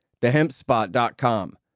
TheHempSpot.com